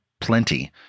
plenty